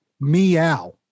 Meow